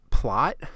plot